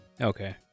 Okay